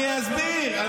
אני אסביר.